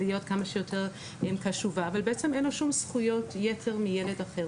להיות כמה שיותר קשובה אבל בעצם אין לו שום זכויות יתר מילד אחר.